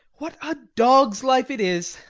what a dog's life it is!